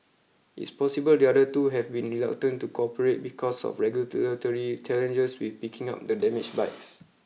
it's possible the other two have been reluctant to cooperate because of regulatory challenges with picking up the damaged bikes